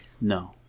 No